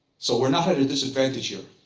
so we're not at a disadvantage here,